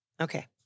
okay